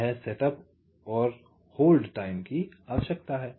यह सेटअप और होल्ड समय की आवश्यकता है